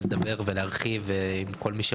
ולדבר ולהרחיב עם כל מי שרוצה.